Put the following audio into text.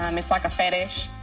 um it's like a fetish.